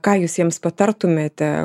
ką jūs jiems patartumėte